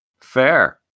fair